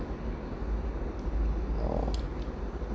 orh